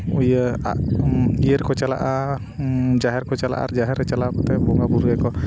ᱤᱭᱟᱹ ᱤᱭᱟᱹ ᱨᱮᱠᱚ ᱪᱟᱞᱟᱜᱼᱟ ᱡᱟᱦᱮᱨ ᱠᱚ ᱪᱟᱞᱟᱜᱼᱟ ᱟᱨ ᱡᱟᱦᱮᱨ ᱨᱮ ᱪᱟᱞᱟᱣ ᱠᱟᱛᱮᱫ ᱵᱚᱸᱜᱟ ᱵᱩᱨᱩᱭᱟ ᱠᱚ